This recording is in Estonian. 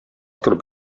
tuleb